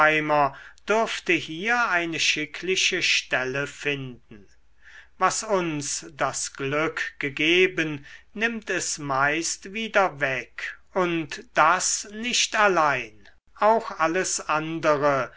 dürfte hier eine schickliche stelle finden was uns das glück gegeben nimmt es meist wieder weg und das nicht allein auch alles andere